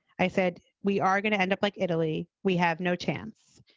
i said we are going to end up like italy. we have no chance.